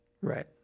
Right